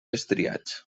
estriats